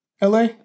LA